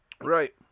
Right